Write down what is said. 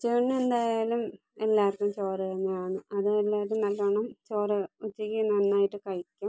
ചേട്ടന് എന്തായാലും എല്ലാവർക്കും ചോറ് തന്നെ ആണ് അത് എല്ലാവരും നല്ലവണ്ണം ചോറ് ഉച്ചക്ക് നന്നായിട്ട് കഴിക്കും